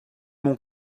mon